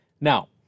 Now